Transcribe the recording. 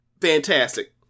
fantastic